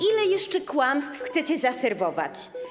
Ile jeszcze kłamstw chcecie zaserwować?